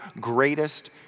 greatest